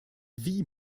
wie